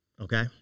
Okay